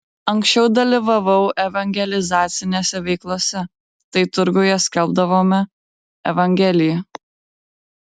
anksčiau dalyvavau evangelizacinėse veiklose tai turguje skelbdavome evangeliją